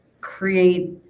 create